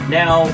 now